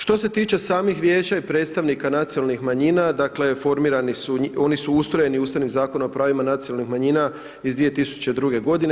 Što se tiče samih vijeća i predstavnika nacionalnih manjina, dakle formirani su, oni su ustrojeni i Ustavnim zakonom o pravima nacionalnih manjina iz 2002. godine.